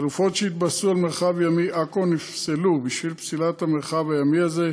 החלופות שהתבססו על מרחב ימי עכו נפסלו בשל פסילת המרחב הימי הזה,